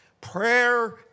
Prayer